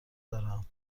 دارم